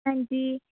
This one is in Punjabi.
ਹਾਂਜੀ